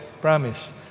promise